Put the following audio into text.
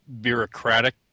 bureaucratic